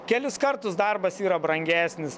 kelis kartus darbas yra brangesnis